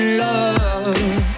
love